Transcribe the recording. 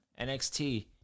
NXT